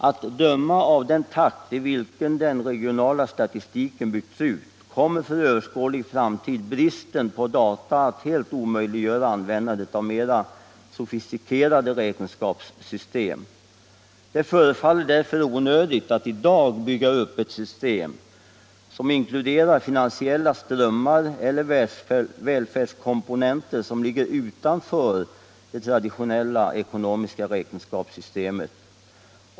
Att döma av den takt i vilken den regionala statistiken byggts ut kommer för överskådlig framtid bristen på data att helt omöjliggöra användandet av mera sofistikerade räkenskapssystem. Det förefaller därför onödigt att i dag bygga upp ett system som inkluderar finansiella strömmar eller välfärdskomponenter som ligger utanför det traditionella ekonomiska räkenskapssystemet.